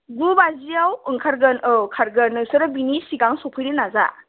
गु बाजियाव ओंखारगोन औ खारगोन नोंसोरो बेनि सिगांं सफैनो नाजा